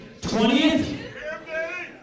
20th